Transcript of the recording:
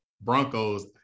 Broncos